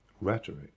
Rhetoric